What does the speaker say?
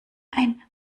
ein